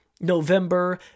November